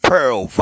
Pearl